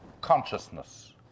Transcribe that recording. consciousness